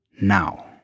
now